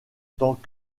tant